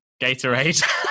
Gatorade